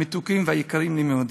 המתוקים והיקרים לי מאוד,